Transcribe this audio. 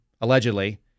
allegedly